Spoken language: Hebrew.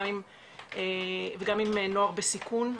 וגם עם נוער בסיכון,